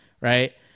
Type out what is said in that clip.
right